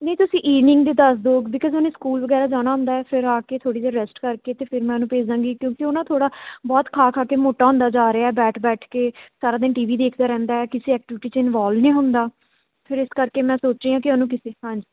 ਨਹੀਂ ਤੁਸੀਂ ਈਵਨਿੰਗ ਦੀ ਦੱਸ ਦਿਓ ਬਿਕੋਜ਼ ਉਹਨੇ ਸਕੂਲ ਵਗੈਰਾ ਜਾਣਾ ਹੁੰਦਾ ਫਿਰ ਆ ਕੇ ਥੋੜ੍ਹੀ ਦੇਰ ਰੈਸਟ ਕਰਕੇ ਅਤੇ ਫਿਰ ਮੈਂ ਉਹਨੂੰ ਭੇਜ ਦਾਂਗੀ ਕਿਉਂਕਿ ਉਹ ਨਾ ਥੋੜ੍ਹਾ ਬਹੁਤ ਖਾ ਖਾ ਕੇ ਮੋਟਾ ਹੁੰਦਾ ਜਾ ਰਿਹਾ ਬੈਠ ਬੈਠ ਕੇ ਸਾਰਾ ਦਿਨ ਟੀ ਵੀ ਦੇਖਦਾ ਰਹਿੰਦਾ ਕਿਸੇ ਐਕਟੀਵਿਟੀ 'ਚ ਇਨਵੋਲਵ ਨਹੀਂ ਹੁੰਦਾ ਫਿਰ ਇਸ ਕਰਕੇ ਮੈਂ ਸੋਚਿਆ ਕਿ ਉਹਨੂੰ ਕਿਸੇ ਹਾਂਜੀ